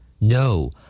No